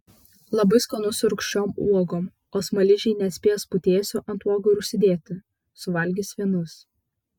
labai skanu su rūgščiom uogom o smaližiai nespės putėsių ant uogų ir užsidėti suvalgys vienus